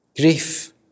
grief